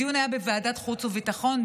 הדיון היה בוועדת חוץ וביטחון,